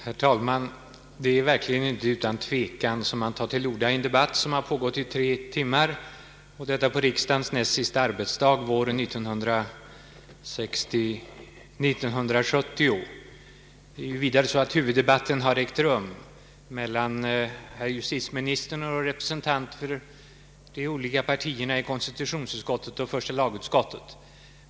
Herr talman! Det är verkligen inte utan tvekan som man tar till orda i en debatt som pågått tre timmar, och detta på riksdagens näst sista arbetsdag våren 1970. Det är vidare så, att huvuddebatten har ägt rum mellan herr justitieministern och representanter för de olika partierna i konstitutionsutskottet och första lagutskottet.